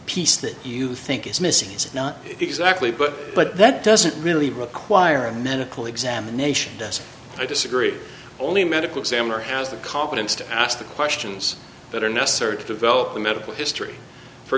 piece that you think is missy's not exactly but but that doesn't really require a medical examination i disagree only medical examiner has the competence to ask the questions that are necessary to develop a medical history for